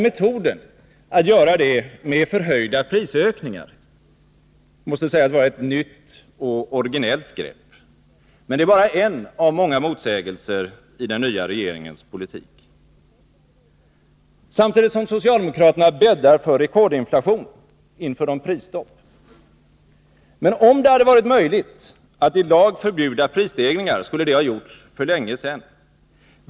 Metoden att göra detta med förhöjda prisökningar måste sägas vara ett nytt och originellt grepp. Men det är bara en av många motsägelser i den nya regeringens politik. Samtidigt som socialdemokraterna bäddar för rekordinflation, inför de prisstopp. Men om det hade varit möjligt att i lag förbjuda prisstegringar, skulle detta ha gjorts för länge sedan.